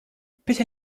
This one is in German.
bitte